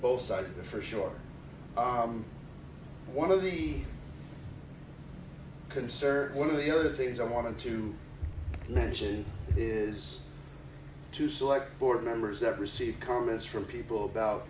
both sides for sure one of the concert one of the other things i want to to mention is to select board members that receive comments from people about